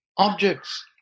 Objects